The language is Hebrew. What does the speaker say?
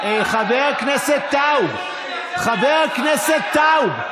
חבר הכנסת טייב, חבר הכנסת טייב.